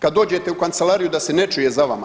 Kad dođete u kancelariju da se ne čuje za vama.